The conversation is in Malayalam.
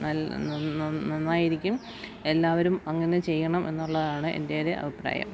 നല്ല നന്നായിരിക്കും എല്ലാവരും അങ്ങനെ ചെയ്യണമെന്നുള്ളതാണ് എൻ്റെ ഒരു അഭിപ്രായം